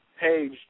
page